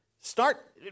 start